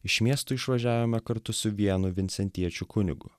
iš miesto išvažiavome kartu su vienu vincentiečių kunigu